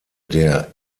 der